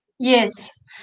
Yes